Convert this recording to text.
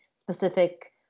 specific